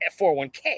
401k